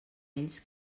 ells